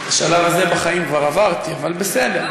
את השלב הזה בחיים כבר עברתי, אבל בסדר.